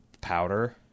Powder